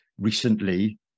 recently